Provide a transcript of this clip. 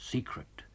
Secret